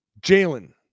Jalen